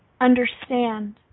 understand